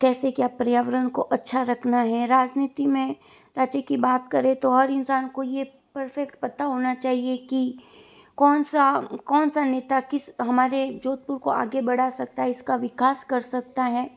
कैसे क्या पर्यावरण को अच्छा रखना है राजनीति में राज्य की बात करें तो और इंसान को ये परफेक्ट पता होना चाहिए कि कौन सा कौन सा नेता किस हमारे जोधपुर को आगे बढ़ा सकता है इसका विकास कर सकता है